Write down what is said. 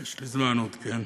יש לי זמן עוד, כן,